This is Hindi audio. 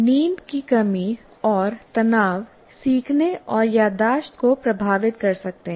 नींद की कमी और तनाव सीखने और याददाश्त को प्रभावित कर सकते हैं